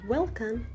Welcome